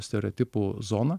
stereotipų zoną